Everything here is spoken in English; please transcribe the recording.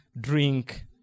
drink